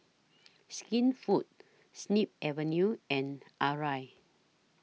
Skinfood Snip Avenue and Arai